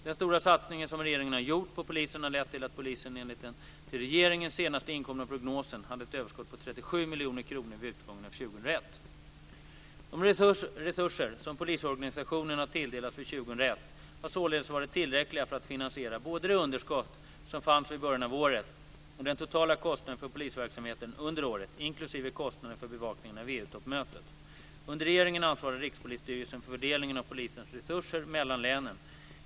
Den stora satsning som regeringen har gjort på polisen har lett till att polisen enligt den till regeringen senast inkomna prognosen hade ett överskott på 37 De resurser som polisorganisationen har tilldelats för 2001 har således varit tillräckliga för att finansiera både det underskott som fanns vid början av året och den totala kostnaden för polisverksamheten under året inklusive kostnaden för bevakning av EU-toppmötet. Under regeringen ansvarar Rikspolisstyrelsen för fördelningen av polisens resurser mellan länen.